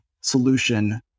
solution